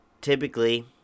typically